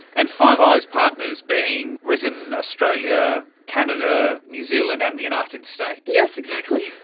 and five eyes partners being britain, australia, canada, new zealand and the united states. yes, exactly.